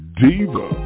diva